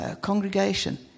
congregation